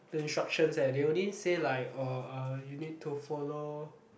the instructions eh they only say like orh uh you need to follow